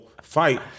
fight